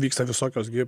vyksta visokios gi